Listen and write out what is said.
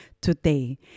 today